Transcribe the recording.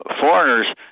Foreigners